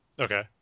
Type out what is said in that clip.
Okay